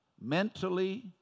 mentally